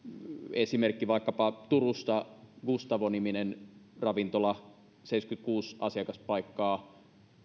esimerkki vaikkapa turusta gustavo niminen ravintola seitsemänkymmentäkuusi asiakaspaikkaa